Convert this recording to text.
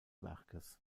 werkes